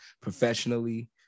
professionally